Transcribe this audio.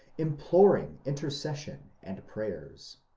imploring intercession and prayers.